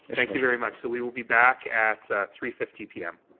thank you very much. so we will be back at at three fifty p m.